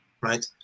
Right